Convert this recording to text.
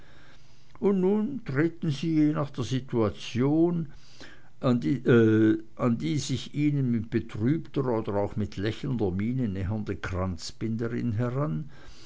und nun treten sie je nach der situation an die sich ihnen mit betrübter oder auch mit lächelnder miene nähernde kranzbinderin heran